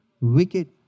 wicked